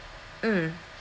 mm